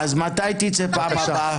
אז מתי היא תצא פעם הבאה?